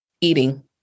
eating